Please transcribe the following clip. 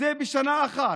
בשנה אחת.